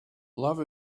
love